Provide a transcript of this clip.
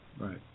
Right